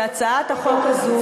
שהצעת החוק הזאת,